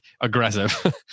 aggressive